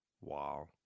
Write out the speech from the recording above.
Wow